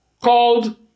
called